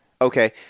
Okay